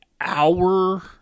hour